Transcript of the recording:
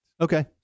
Okay